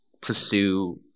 pursue